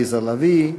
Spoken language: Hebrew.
עליזה לביא,